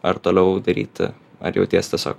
ar toliau daryti ar jauties tiesiog